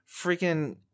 freaking